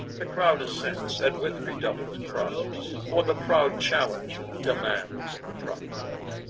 the crowd assents, and with redoubled cries for the proud challenger demands the prize.